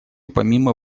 помимо